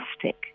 plastic